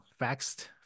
faxed